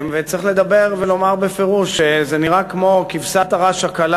צריך לדבר ולומר בפירוש שזה נראה כמו כבשת הרש הקלה